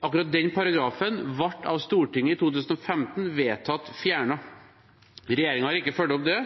akkurat den paragrafen ble av Stortinget i 2015 vedtatt fjernet. Regjeringen har ikke fulgt opp det,